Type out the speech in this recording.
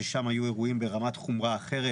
ששם היו אירועים ברמת חומרה אחרת?